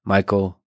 Michael